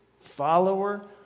Follower